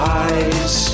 eyes